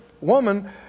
woman